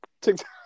TikTok